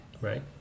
right